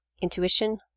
intuition